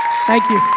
thank you.